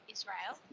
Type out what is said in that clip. Israel